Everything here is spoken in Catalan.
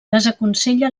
desaconsella